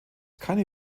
keine